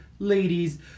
Ladies